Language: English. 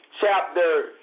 chapter